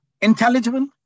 intelligible